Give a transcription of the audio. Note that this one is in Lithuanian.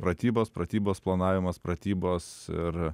pratybos pratybos planavimas pratybos ir